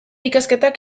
ikasketak